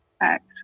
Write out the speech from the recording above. act